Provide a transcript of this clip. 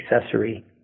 accessory